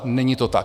Není to tak.